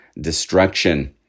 destruction